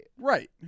Right